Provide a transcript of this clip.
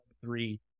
three